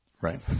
Right